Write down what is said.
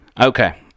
Okay